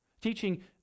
Teaching